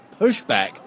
pushback